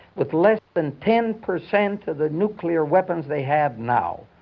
with less than ten percent of the nuclear weapons they have now.